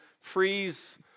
freeze